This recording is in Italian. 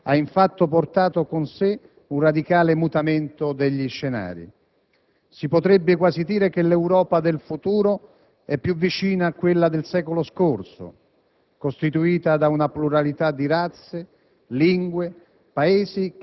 Il cosiddetto *big* *bang*, l'allargamento ai nuovi Stati membri, ha infatti portato con sé un radicale mutamento degli scenari. Si potrebbe quasi dire che l'Europa del futuro è più vicina a quella del secolo scorso,